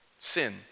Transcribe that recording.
sin